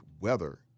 weather